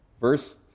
Verse